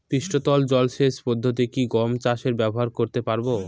পৃষ্ঠতল জলসেচ পদ্ধতি কি গম চাষে ব্যবহার করতে পারব?